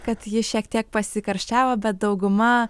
kad ji šiek tiek pasikarščiavo bet dauguma